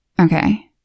Okay